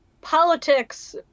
politics